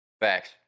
Facts